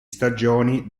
stagioni